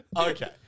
Okay